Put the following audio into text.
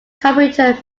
computer